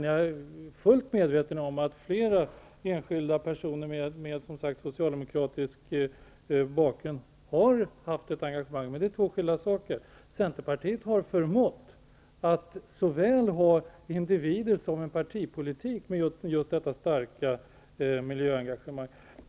Jag är fullt medveten om att flera enskilda personer med socialdemokratisk bakgrund har haft ett engagemang, men det är två skilda saker. Centerpartiet har förmått att ha såväl individer som en partipolitik med just detta starka miljöengagemang.